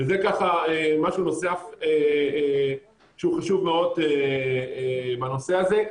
וזה ככה משהו נוסף שהוא חשוב מאוד בנושא הזה.